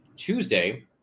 Tuesday